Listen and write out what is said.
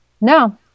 No